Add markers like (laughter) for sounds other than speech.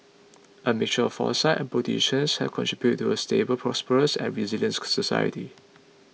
a mixture of foresight and bold decisions have contributed to a stable prosperous and resilient (unintelligible) society